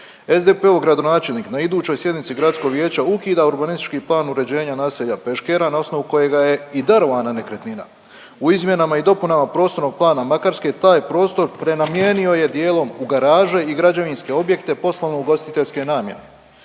SDP-ov gradonačelnik na idućoj sjednici gradskog vijeća ukida urbanistički plan uređenja naselja Peškera na osnovu kojega je i darovana nekretnina. U izmjenama i dopunama prostornog plana Makarske taj je prostor prenamijenio je dijelom u garaže i građevinske objekte poslovno ugostiteljske namjene.